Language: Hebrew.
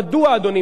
מדוע, אדוני?